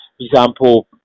example